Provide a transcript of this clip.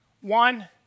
one